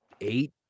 eight